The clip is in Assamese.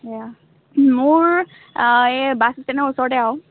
সেয়া মোৰ এই বাছ ষ্টেনৰ ওচৰতে আৰু